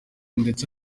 ndetse